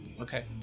Okay